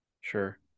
Sure